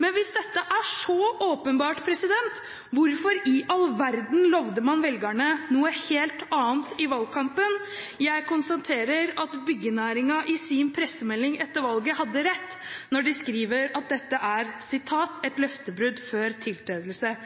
Men hvis dette er så åpenbart, hvorfor i all verden lovet man velgerne noe helt annet i valgkampen? Jeg konstaterer at byggenæringen i sin pressemelding etter valget hadde rett da de skrev at dette er et «løftebrudd før tiltredelse».